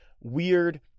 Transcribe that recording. weird